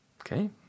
Okay